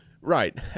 right